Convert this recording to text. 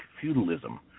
feudalism